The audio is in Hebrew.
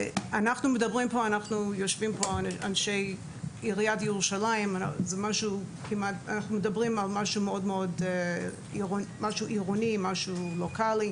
יושבים פה אנשי עיריית ירושלים ואנחנו ומדברים על משהו עירוני ולוקלי,